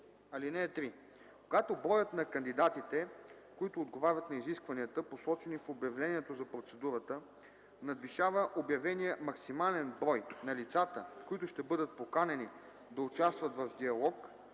ал. 3. (3) Когато броят на кандидатите, които отговарят на изискванията, посочени в обявлението за процедурата, надвишава обявения максимален брой на лицата, които ще бъдат поканени да участват в диалог,